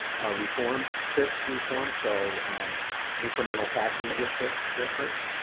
reform, tif reform, so incremental taxing against their districts,